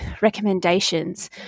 recommendations